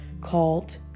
called